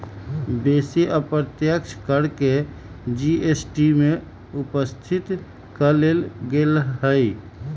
बेशी अप्रत्यक्ष कर के जी.एस.टी में उपस्थित क लेल गेलइ ह्